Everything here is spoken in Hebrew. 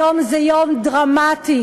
היום זה יום דרמטי,